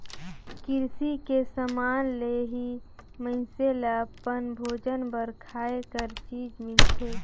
किरसी के समान ले ही मइनसे ल अपन भोजन बर खाए कर चीज मिलथे